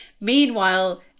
Meanwhile